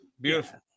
beautiful